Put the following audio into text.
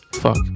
fuck